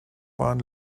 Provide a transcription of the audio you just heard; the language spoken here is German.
waren